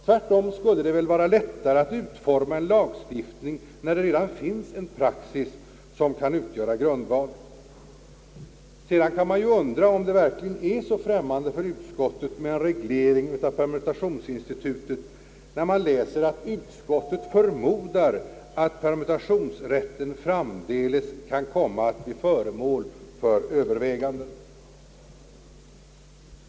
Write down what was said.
Tvärtom skulle det väl vara lättare att utforma en lagstiftning när det redan finns en praxis som kan utgöra grundvalen. Man kan också undra om det verkligen är så främmande för utskottet med en reglering av permutationsinstitutet när man läser att utskottet förmodar »att permutationsrätten framdeles kan komma alt bli föremål för övervägande».